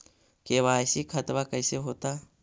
KYC खतबा कैसे होता?